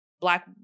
Black